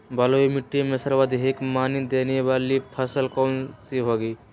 बलुई मिट्टी में सर्वाधिक मनी देने वाली फसल कौन सी होंगी?